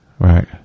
Right